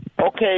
Okay